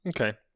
okay